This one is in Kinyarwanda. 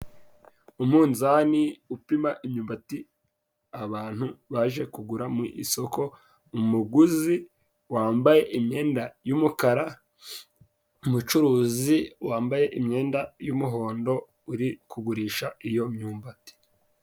Umunzani upima imyumbati abantu baje kugura mu isoko .Umuguzi wambaye imyenda y'umukara, umucuruzi wambaye imyenda y'umuhondo uri kugurisha iyo myumbati.